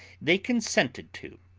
they consented to.